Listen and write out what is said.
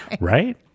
Right